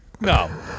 no